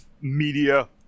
media